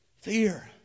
fear